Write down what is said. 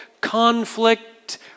conflict